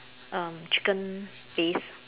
um chicken paste